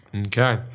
Okay